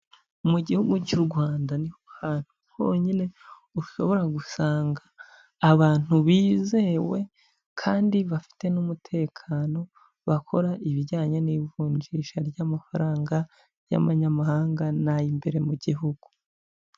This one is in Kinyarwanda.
Mu gihugu cy'u Rwanda niho hantu honyine ushobora gusanga abantu bizewe kandi bafite n'umutekano bakora ibijyanye n'ivunjisha ry'amafaranga y'amanyamahanga n'ay'imbere mu gihugu.